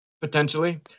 potentially